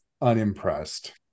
unimpressed